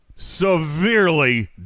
severely